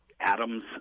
atoms